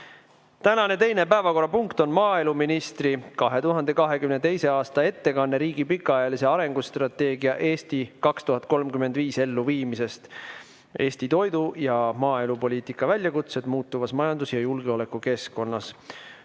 Tänane teine päevakorrapunkt on maaeluministri 2022. aasta ettekanne riigi pikaajalise arengustrateegia "Eesti 2035" elluviimisest (Eesti toidu‑ ja maaelupoliitika väljakutsed muutuvas majandus‑ ja julgeolekukeskkonnas).